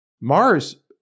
Mars